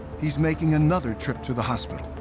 he's making another trip to the hospital.